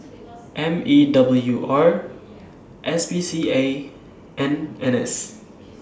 M E W R S P C A and N S